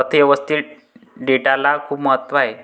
अर्थ व्यवस्थेत डेटाला खूप महत्त्व आहे